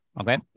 Okay